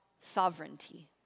sovereignty